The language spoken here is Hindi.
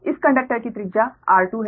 इस कंडक्टर की त्रिज्या r2 है